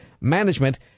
Management